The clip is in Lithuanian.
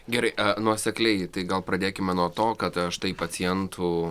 gerai nuosekliai tai gal pradėkime nuo to kad štai pacientų